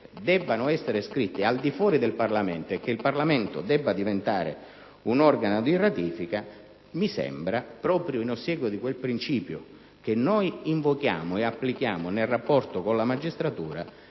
debbano essere scritte al di fuori del Parlamento, riducendo l'organo legislativo a mera istanza di ratifica, mi sembra, proprio in ossequio a quel principio che invochiamo e applichiamo nel rapporto con la magistratura,